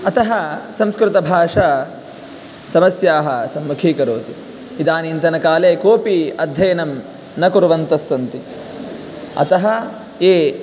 अतः संस्कृतभाषा समस्याः सम्मुखीकरोति इदानीन्तनकाले कोपि अध्ययनं न कुर्वन्तस्सन्ति अतः ये